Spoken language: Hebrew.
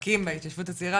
שבחלקים בהתיישבות הצעירה,